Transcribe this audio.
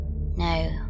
No